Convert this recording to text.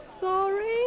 sorry